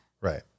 Right